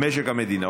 משק המדינה,